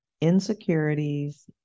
insecurities